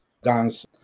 guns